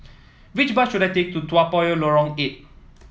which bus should I take to Toa Payoh Lorong Eight